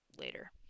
later